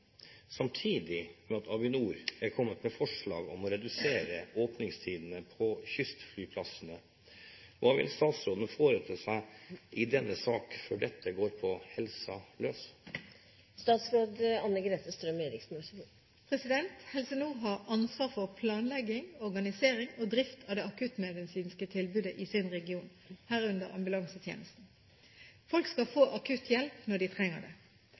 samtidig med at Avinor er kommet med forslag om å redusere åpningstidene på kystflyplassene. Hva vil statsråden foreta seg i saken før dette går på «helsa løs»? Helse Nord har ansvar for planlegging, organisering og drift av det akuttmedisinske tilbudet i sin region, herunder ambulansetjenesten. Folk skal få akutt hjelp når de trenger det,